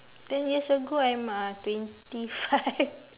ten years ago I'm uh twenty five